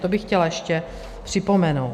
To bych chtěla ještě připomenout.